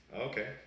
okay